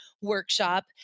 workshop